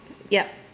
yup